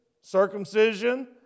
Circumcision